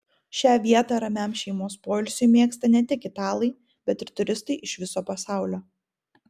šią vietą ramiam šeimos poilsiui mėgsta ne tik italai bet ir turistai iš viso pasaulio